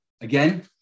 Again